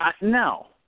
No